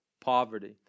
poverty